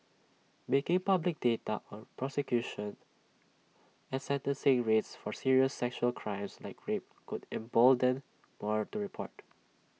making public data on prosecution and sentencing rates for serious sexual crimes like rape could embolden more to report